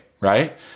right